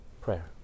prayer